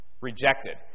rejected